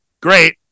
Great